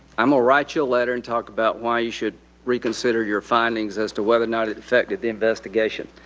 um ah write you a letter, and talk about why you should reconsider your findings as to whether or not it affected the investigation.